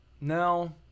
Now